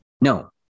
No